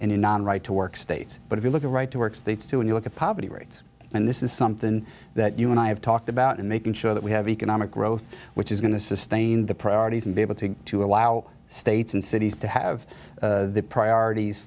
and a non right to work states but if you look at right to work states to when you look at poverty rates and this is something that you and i have talked about and making sure that we have economic growth which is going to sustain the priorities and be able to to allow states and cities to have their priorities